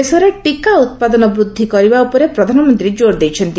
ଦେଶରେ ଟିକା ଉତ୍ପାଦନ ବୃଦ୍ଧି କରିବା ଉପରେ ପ୍ରଧାନମନ୍ତ୍ରୀ ଜୋର୍ ଦେଇଛନ୍ତି